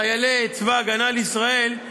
חיילי צבא ההגנה לישראל,